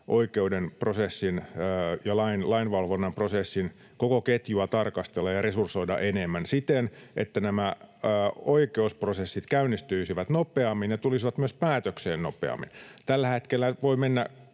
oikeuden prosessin ja lainvalvonnan prosessin koko ketjua tarkastella ja resursoida enemmän siten, että oikeusprosessit käynnistyisivät nopeammin ja ne tulisivat myös päätökseen nopeammin. Tällä hetkellä menee